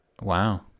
Wow